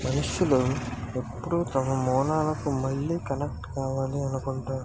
మనుషులు ఎప్పుడూ తన మూలాలకు మళ్ళీ కనెక్ట్ కావాలి అనుకుంటాడు